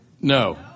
No